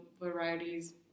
varieties